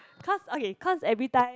cause okay cause everytime